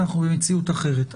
אנחנו במציאות אחרת.